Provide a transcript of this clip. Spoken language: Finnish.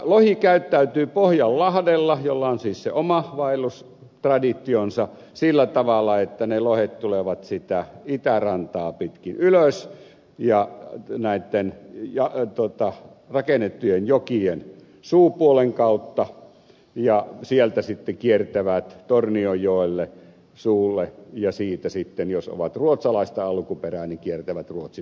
lohi käyttäytyy pohjanlahdella jolla on siis se oma vaellustraditionsa sillä tavalla että ne lohet tulevat sitä itärantaa pitkin ylös ja näitten rakennettujen jokien suupuolen kautta ja sieltä sitten kiertävät tornionjoen suulle ja siitä sitten jos ovat ruotsalaista alkuperää kiertävät ruotsin puolelle